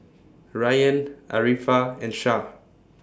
Rayyan Arifa and Shah